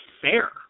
fair